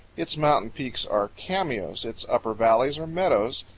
its mountain peaks are cameos, its upper valleys are meadows,